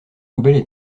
poubelles